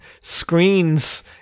screens